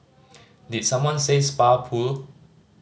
did someone say spa pool